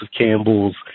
Campbell's